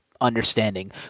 understanding